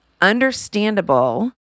understandable